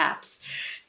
apps